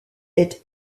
est